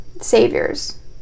saviors